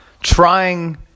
trying